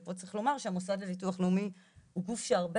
ופה צריך לומר שהמוסד לביטוח לאומי הוא גוף שהרבה